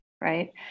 Right